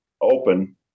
open